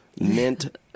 Mint